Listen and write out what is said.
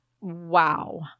Wow